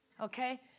okay